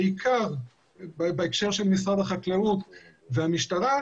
בעיקר בהקשר של משרד החקלאות והמשטרה,